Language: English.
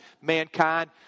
mankind